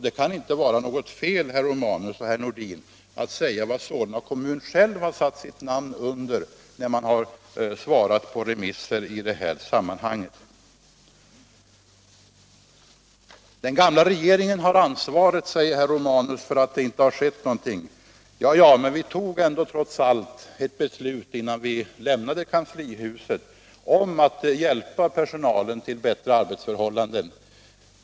Det kan inte vara något fel, herr Romanus och herr Nordin, att tala om vad Solna kommun själv har skrivit när man har svarat på remisser i det här sammanhanget. Den gamla regeringen har ansvaret för att det inte har skett någonting, säger herr Romanus. Ja, men vi tog trots allt ett beslut innan vi lämnade kanslihuset om att hjälpa personalen till bättre arbetsförhållanden.